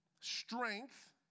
strength